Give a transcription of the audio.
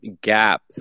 gap